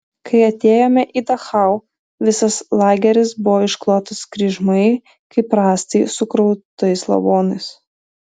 kai atėjome į dachau visas lageris buvo išklotas kryžmai kaip rąstai sukrautais lavonais